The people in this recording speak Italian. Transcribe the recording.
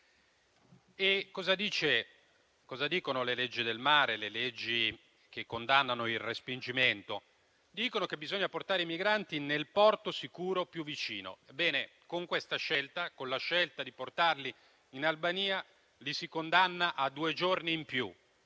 e difficile. Le leggi del mare, quelle che condannano il respingimento, affermano che bisogna portare i migranti nel porto sicuro più vicino. Ebbene, con la scelta di portarli in Albania, li si condanna a due giorni in più.